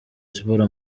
siporo